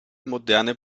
moderne